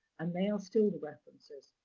and they are still the references.